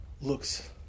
looks